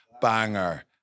Banger